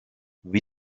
wie